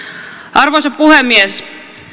arvoisa puhemies